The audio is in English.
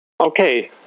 Okay